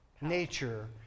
nature